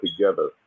together